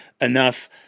enough